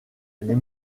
les